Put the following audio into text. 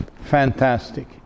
fantastic